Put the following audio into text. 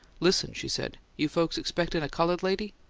listen, she said. you folks expectin' a coloured lady?